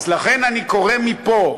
לכן אני קורא מפה,